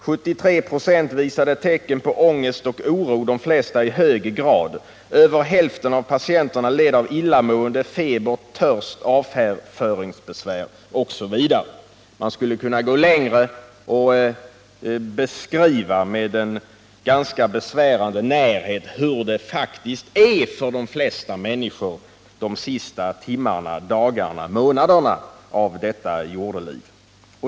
73 26 visade tecken på ångest och oro, de flesta i hög grad. Över hälften av patienterna led av illamående, feber, törst, avföringsbesvär osv. Man skulle kunna gå längre och med en ganska besvärande närhet beskriva hur det faktiskt är för de flesta männniskor under de sista timmarna, dagarna och månaderna av detta jordeliv.